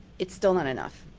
it's still not enough.